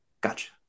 Gotcha